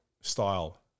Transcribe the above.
style